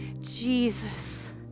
Jesus